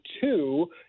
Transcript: two